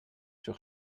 sur